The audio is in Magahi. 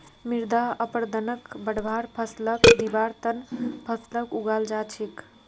मृदा अपरदनक बढ़वार फ़सलक दिबार त न फसलक उगाल जा छेक